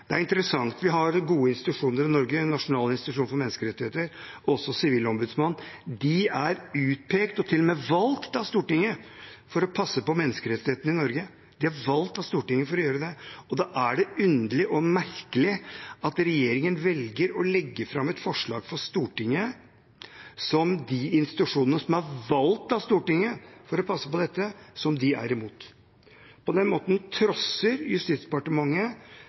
det er interessant. Vi har gode institusjoner i Norge, nasjonale institusjoner for menneskerettigheter, også Sivilombudsmannen. De er utpekt og til og med valgt av Stortinget for å passe på menneskerettighetene i Norge, de er valgt av Stortinget for å gjøre det. Da er det underlig og merkelig at regjeringen velger å legge fram et forslag for Stortinget som de institusjonene som er valgt av Stortinget for å passe på dette, er imot. På den måten trosser Justisdepartementet